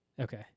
Okay